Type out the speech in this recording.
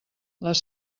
les